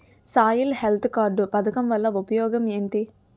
Soil health card పథకం వల్ల ఉపయోగం ఏంటి?